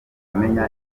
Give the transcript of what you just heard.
amenya